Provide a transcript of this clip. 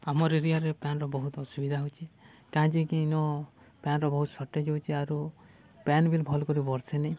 ଆମର୍ ଏରିଆରେ ପାଏନ୍ର ବହୁତ୍ ଅସୁବିଧା ହଉଛେ କାଏଁଯେକି ଇନ ପାଏନ୍ର ବହୁତ୍ ସର୍ଟେଜ୍ ହଉଛେ ଆରୁ ପାଏନ୍ ବି ଭଲ୍ କରି ବର୍ସେ ନାଇଁ